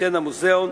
שייתן המוזיאון.